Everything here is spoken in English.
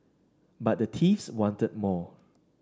but the thieves wanted more